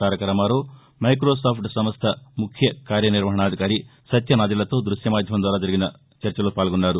తారక Rama Rao Microsoft సంస్ట ముఖ్యకార్య నిర్వహణాధికారి సత్య నాదెళ్ళ తో ద్బశ్య మాద్యమం ద్వారా జరిగిన చర్చలో పాల్గొన్నారు